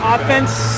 Offense